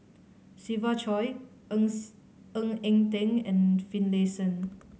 Siva Choy Ng Ng Eng Teng and Finlayson